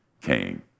came